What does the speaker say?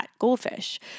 goldfish